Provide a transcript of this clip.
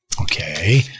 Okay